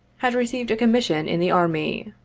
had received a commission in the army.